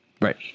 right